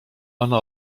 one